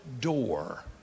door